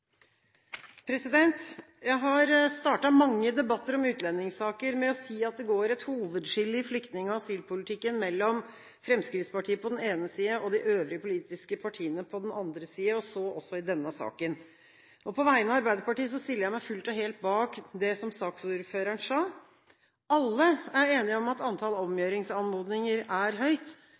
protokollen. Jeg har startet mange debatter om utlendingssaker med å si at det går et hovedskille i flyktning- og asylpolitikken mellom Fremskrittspartiet på den ene siden og de øvrige politiske partiene på den andre siden, og så også i denne saken. På vegne av Arbeiderpartiet stiller jeg meg fullt og helt bak det som saksordføreren sa. Alle er enige om at antall omgjøringsanmodninger er høyt,